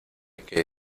que